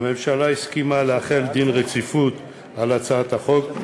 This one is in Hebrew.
הממשלה הסכימה להחיל דין רציפות על הצעת החוק,